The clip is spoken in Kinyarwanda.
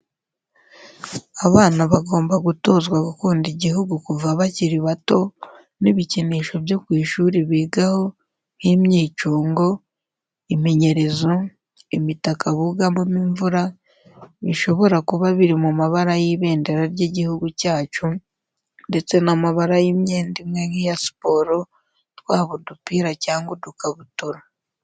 Abana bagomba gutozwa gukunda igihugu kuva bakiri bato, n'ibikinisho byo ku ishuri bigaho: nk'imyicungo, iminyerezo, imitaka bugamamo imvura, bishobora kuba biri mu mabara y'ibendera ry'igihugu cyacu, ndetse m'amabara y'imyenda imwe nk'iya siporo, twaba udupira cyangwa udukabutura.